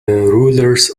rulers